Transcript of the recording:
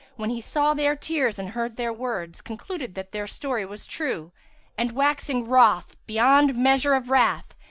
when he saw their tears and heard their words, concluded that their story was true and, waxing wroth beyond measure of wrath,